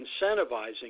incentivizing